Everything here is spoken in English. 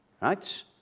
right